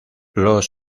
los